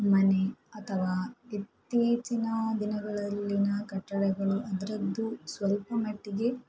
ಮನೆ ಅಥವಾ ಇತ್ತೀಚಿನ ದಿನಗಳಲ್ಲಿನ ಕಟ್ಟಡಗಳು ಅದರದ್ದು ಸ್ವಲ್ಪ ಮಟ್ಟಿಗೆ